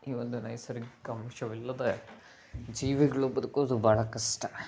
ಈ ಒಂದು ನೈಸರ್ಗಿಕ ಅಂಶವಿಲ್ಲದೆ ಜೀವಿಗಳು ಬದುಕೋದು ಬಹಳ ಕಷ್ಟ